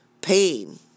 pain